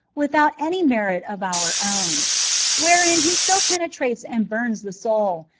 without any merit of our own wherein he so penetrates and bums the soul,